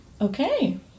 Okay